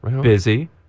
Busy